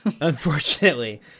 Unfortunately